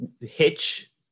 Hitch